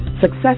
Success